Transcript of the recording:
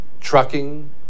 Trucking